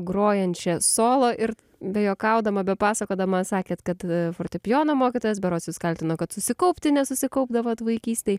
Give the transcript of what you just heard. grojančią solo ir bejuokaudama bepasakodama sakėt kad fortepijono mokytojas berods jus kaltino kad susikaupti nesusikaupdavot vaikystėj